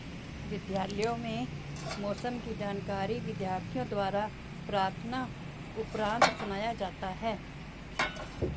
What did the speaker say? विद्यालयों में मौसम की जानकारी विद्यार्थियों द्वारा प्रार्थना उपरांत सुनाया जाता है